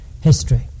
history